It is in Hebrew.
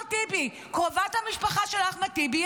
טיבי ------- קרובת המשפחה של אחמד טיבי,